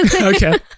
Okay